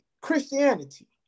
christianity